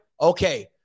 Okay